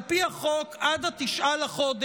על פי החוק עד 9 בחודש